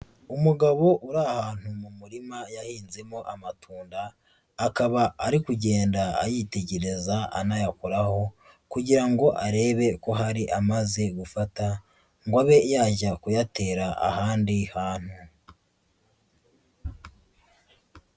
Umugabo uri ahantu mu murima yahinzemo amatunda, akaba ari kugenda ayitegereza anayakoraho kugira ngo arebe ko hari amaze gufata, ngo abe yajya kuyatera ahandi hantu.